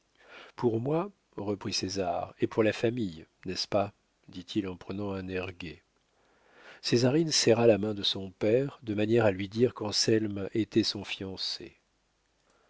pour moi reprit césar et pour la famille n'est-ce pas dit-il en prenant un air gai césarine serra la main de son père de manière à lui dire qu'anselme était son fiancé